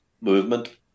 Movement